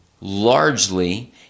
largely